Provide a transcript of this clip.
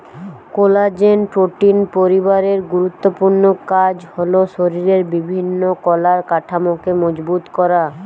collagen protein পরিবারের গুরুত্বপূর্ণ কাজ হল শরিরের বিভিন্ন কলার কাঠামোকে মজবুত করা